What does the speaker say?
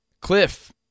Cliff